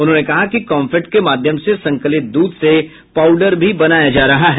उन्होंने कहा कि कम्फेड के माध्यम से संकलित दूध से पाउडर भी बनाया जा रहा है